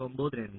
92 0